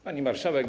Pani Marszałek!